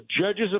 judges